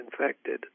infected